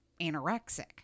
anorexic